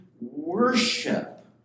worship